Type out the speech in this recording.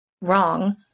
wrong